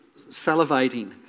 salivating